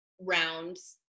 rounds